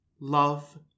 love